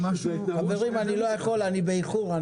חברים אני לא יכול אני באיחור,